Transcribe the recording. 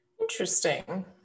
Interesting